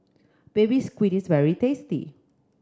Baby Squid is very tasty